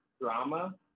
Drama